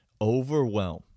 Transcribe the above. overwhelm